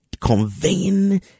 conveying